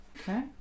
Okay